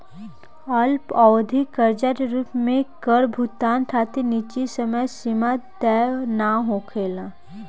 अल्पअवधि कर्जा के रूप में कर भुगतान खातिर निश्चित समय सीमा तय ना होखेला